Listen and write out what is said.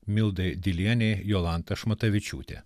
mildai dilienei jolanta šmatavičiūtė